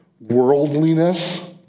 worldliness